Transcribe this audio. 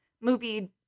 movie